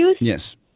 Yes